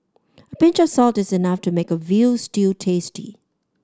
a pinch of salt is enough to make a veal stew tasty